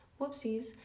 whoopsies